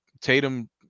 Tatum